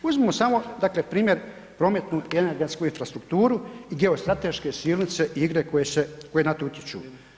Uzmimo samo dakle primjer prometnu i energetsku infrastrukturu i geostrateške ... i igre koje na to utječu.